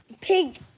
Pig